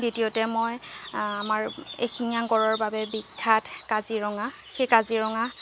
দ্বিতীয়তে মই আমাৰ এশিঙীয়া গড়ৰ বাবে বিখ্যাত কাজিৰঙা সেই কাজিৰঙা